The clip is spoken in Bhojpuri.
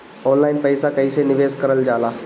ऑनलाइन पईसा कईसे निवेश करल जाला?